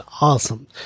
awesome